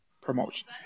promotion